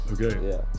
Okay